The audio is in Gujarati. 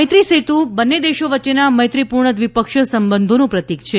મૈત્રી સેતુ બંને દેશો વચ્ચેના મૈત્રીપૂર્ણ દ્વિપક્ષીય સંબંધોનું પ્રતિક છે